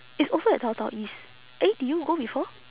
it's also at downtown east eh did you go before